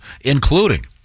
including